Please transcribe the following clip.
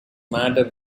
matter